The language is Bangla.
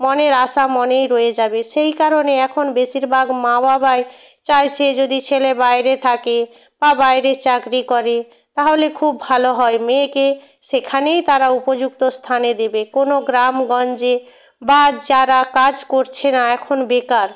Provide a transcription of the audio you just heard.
মনের আশা মনেই রয়ে যাবে সেই কারণে এখন বেশিরভাগ মা বাবাই চাইছে যদি ছেলে বাইরে থাকে বা বাইরে চাকরি করে তাহলে খুব ভালো হয় মেয়েকে সেখানেই তারা উপযুক্ত স্থানে দেবে কোনো গ্রামগঞ্জে বা যারা কাজ করছে না এখন বেকার